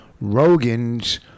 Rogan's